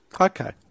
okay